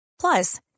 Plus